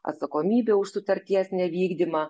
atsakomybę už sutarties nevykdymą